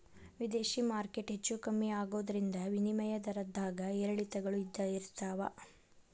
ವಿದೇಶಿ ಮಾರ್ಕೆಟ್ ಹೆಚ್ಚೂ ಕಮ್ಮಿ ಆಗೋದ್ರಿಂದ ವಿನಿಮಯ ದರದ್ದಾಗ ಏರಿಳಿತಗಳು ಇದ್ದ ಇರ್ತಾವ